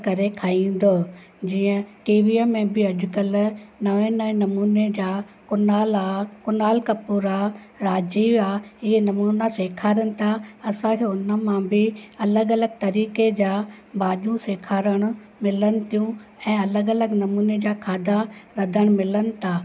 त करे खाईंदो जीअं टीवीअ में बि अॼुकल्ह नएं नएं नमूने जा कूनाला कूनाल कपूर आहे राजीव आहे इहे नमूना सेखारीन था असांखे उन मां बि अलॻि अलॻि तरीके जा भाॼियूं सेखारणु मिलनि थियूं ऐं अलॻि अलॻि नमूने जा खाधा रधणु मिलनि था